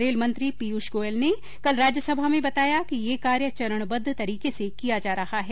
rail मंत्री पीयूष गोयल ने कल राज्य सभा में बताया कि यह कार्य चरणबद्व तरीके से किया जा रहा है